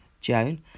Joan